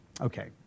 Okay